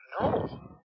no